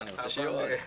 אני רוצה שיהיו עוד.